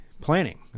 planning